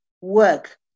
work